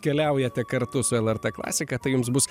keliaujate kartu su lrt klasika tai jums bus